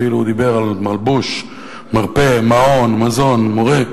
הוא אפילו דיבר על מלבוש, מרפא, מעון, מזון, מורה,